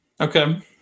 Okay